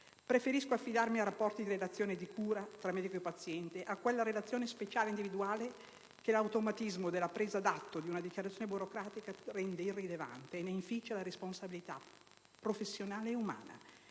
Preferisco affidarmi a rapporti di relazione, di cura, tra medico e paziente, a quella relazione speciale e individuale piuttosto che all'automatismo della presa d'atto di una dichiarazione burocratica che rende irrilevante e inficia la responsabilità professionale ed umana.